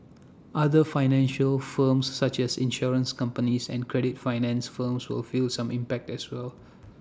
other financial firms such as insurance companies and credit finance firms will feel some impact as well